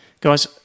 guys